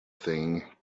thing